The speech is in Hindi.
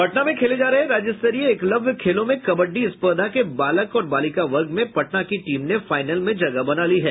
पटना में खेले जा रहे राज्य स्तरीय एकलव्य खेलों में कबड्डी स्पर्धा के बालक और बालिका वर्ग में पटना की टीम ने फाइनल में जगह बना ली है